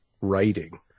writing